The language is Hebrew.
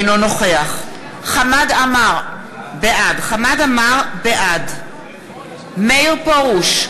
אינו נוכח חמד עמאר, בעד מאיר פרוש,